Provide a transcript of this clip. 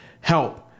Help